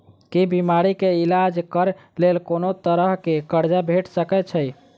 की बीमारी कऽ इलाज कऽ लेल कोनो तरह कऽ कर्जा भेट सकय छई?